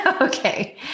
Okay